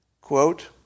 Quote